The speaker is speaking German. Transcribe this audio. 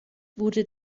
wurde